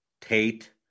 Tate